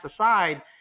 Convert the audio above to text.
aside